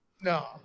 No